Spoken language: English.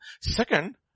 Second